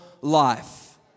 life